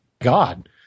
God